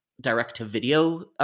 direct-to-video